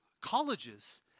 colleges